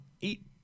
eat